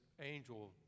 angel